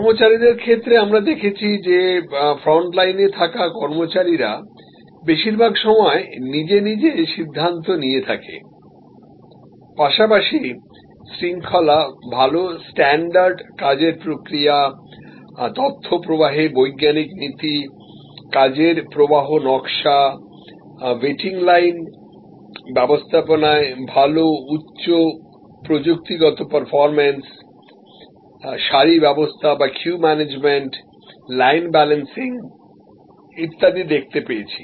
কর্মচারীদের ক্ষেত্রে আমরা দেখেছি ফ্রন্ট লাইনে থাকা কর্মচারীরা বেশিরভাগ সময় নিজে নিজে সিদ্ধান্ত নিয়ে থাকে পাশাপাশি শৃঙ্খলা ভাল স্ট্যান্ডার্ড কাজের প্রক্রিয়া তথ্য প্রবাহে বৈজ্ঞানিক নীতি কাজের প্রবাহ নকশা ওয়েটিং লাইন ব্যবস্থাপনায় ভাল উচ্চ প্রযুক্তিগত পারফরম্যান্স সারি ব্যবস্থা বা কিউ ম্যানেজমেন্ট লাইন বালান্সিং ইত্যাদি দেখতে পেয়েছি